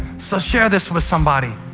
so share this with somebody.